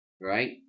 right